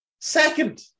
Second